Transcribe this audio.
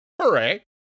hooray